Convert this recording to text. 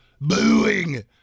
Booing